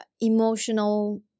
emotional